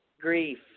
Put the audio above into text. grief